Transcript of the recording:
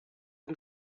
amb